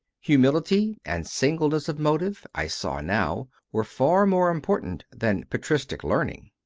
humility and singleness of motive, i saw now, were far more important than patristic learning.